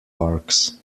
parks